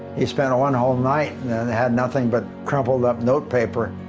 he spent one whole night and had nothing but crumpled up note paper,